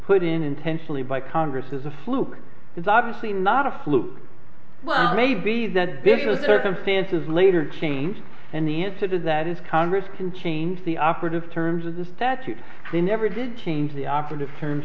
put in intentionally by congress is a fluke is obviously not a fluke well maybe that's because circumstances later changed and the answer to that is congress can change the operative terms of the statute they never did change the operative term